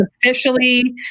officially